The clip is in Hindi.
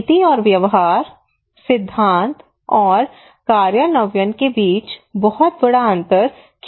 नीति और व्यवहार सिद्धांत और कार्यान्वयन के बीच बहुत बड़ा अंतर क्यों है